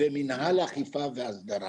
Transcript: למינהל האכיפה וההסדרה